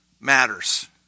matters